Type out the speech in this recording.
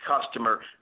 customer